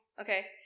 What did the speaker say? Okay